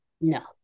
No